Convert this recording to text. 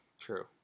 True